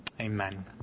Amen